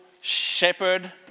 shepherd